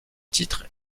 titres